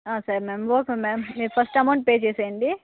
సరే madam okay madam మీరు first amount pay చేసేయండి